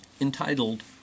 entitled